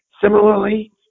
Similarly